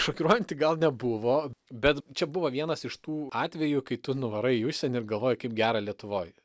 šokiruojanti gal nebuvo bet čia buvo vienas iš tų atvejų kai tu nuvarai į užsienį ir galvoji kaip gera lietuvoj